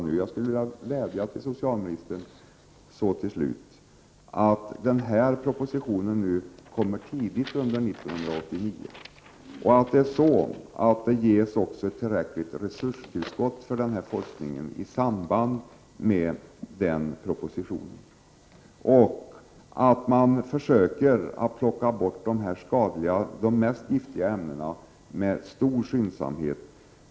Till slut skulle jag vilja vädja till socialministern att propositionen kommer tidigt under 1989 och att det också ges ett tillräckligt resurstillskott för denna forskning i samband med den propositionen, och vidare att man försöker plocka bort de mest skadliga och giftiga ämnena med stor skyndsamhet.